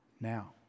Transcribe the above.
Now